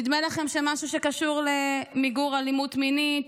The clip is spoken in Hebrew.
משהו שקשור למיגור אלימות מינית,